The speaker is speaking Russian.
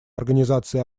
организации